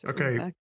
okay